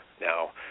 now